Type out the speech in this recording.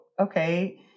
okay